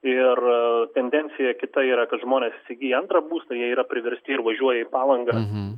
ir tendencija kita yra kad žmonės įsigyja antrą būstą jie yra priversti ir važiuoja į palangą